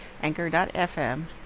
anchor.fm